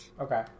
okay